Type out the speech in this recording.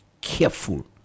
careful